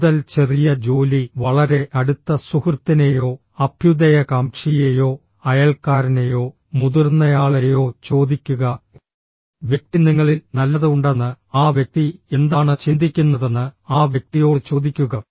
കൂടുതൽ ചെറിയ ജോലി വളരെ അടുത്ത സുഹൃത്തിനെയോ അഭ്യുദയകാംക്ഷിയെയോ അയൽക്കാരനെയോ മുതിർന്നയാളെയോ ചോദിക്കുക വ്യക്തി നിങ്ങളിൽ നല്ലത് ഉണ്ടെന്ന് ആ വ്യക്തി എന്താണ് ചിന്തിക്കുന്നതെന്ന് ആ വ്യക്തിയോട് ചോദിക്കുക